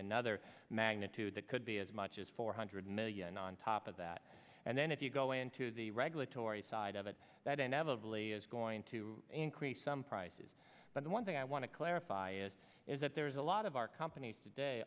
another magnitude that could be as much as four hundred million on top of that and then if you go into the regulatory side of it that inevitably is going to increase some prices but the one thing i want to clarify is is that there is a lot of our companies today